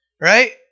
Right